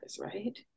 right